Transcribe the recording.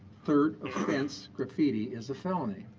third offense graffiti is a felony.